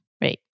Right